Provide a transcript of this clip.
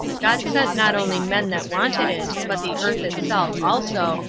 god sent not only men that wanted it, but the earth itself also,